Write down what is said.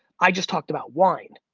i just talked about wine.